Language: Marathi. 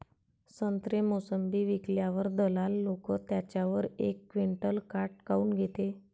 संत्रे, मोसंबी विकल्यावर दलाल लोकं त्याच्यावर एक क्विंटल काट काऊन घेते?